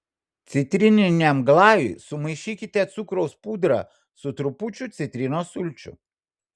citrininiam glajui sumaišykite cukraus pudrą su trupučiu citrinos sulčių